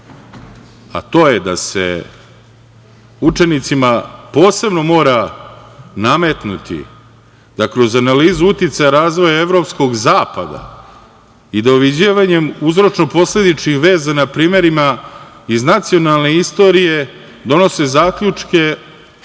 a to je da se učenicima posebno mora nametnuti da kroz analizu uticaja razvoja evropskog zapada i da … uzročno-posledičnih veza na primerima iz nacionalne istorije donose zaključke